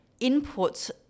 inputs